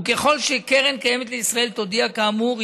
ככל שקרן קיימת לישראל תודיע כאמור,